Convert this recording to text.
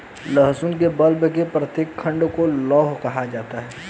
लहसुन के बल्ब के प्रत्येक खंड को लौंग कहा जाता है